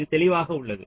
இது தெளிவாக உள்ளது